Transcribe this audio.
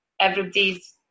everybody's